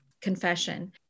confession